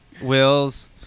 Will's